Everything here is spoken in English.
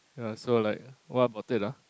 ya so like what about it lah